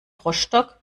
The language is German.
rostock